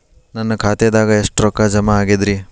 ನನ್ನ ಖಾತೆದಾಗ ಎಷ್ಟ ರೊಕ್ಕಾ ಜಮಾ ಆಗೇದ್ರಿ?